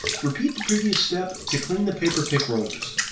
repeat the previous step to clean the paper-pick rollers.